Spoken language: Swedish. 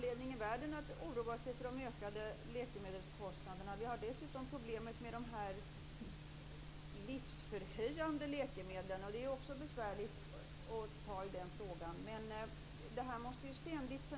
Fru talman!